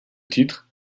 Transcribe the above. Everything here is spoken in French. titre